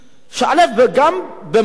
גם במתן